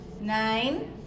nine